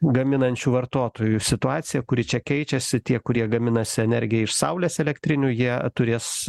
gaminančių vartotojų situaciją kuri čia keičiasi tie kurie gaminasi energiją iš saulės elektrinių jie turės